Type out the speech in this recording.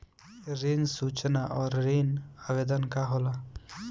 ऋण सूचना और ऋण आवेदन का होला?